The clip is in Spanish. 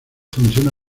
funciona